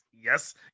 yes